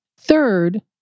Third